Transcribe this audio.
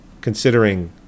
considering